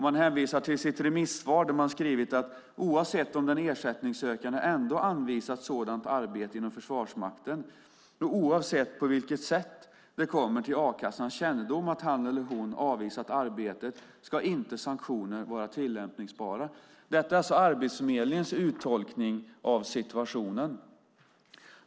Man hänvisar till sitt remissvar, där man skrivit att oavsett om den ersättningssökande ändå anvisats sådant arbete inom Försvarsmakten och oavsett på vilket sätt det kommer till a-kassans kännedom att han eller hon har avvisat arbetet ska sanktioner inte vara tillämpningsbara. Det är alltså Arbetsförmedlingens uttolkning av situationen.